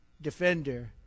defender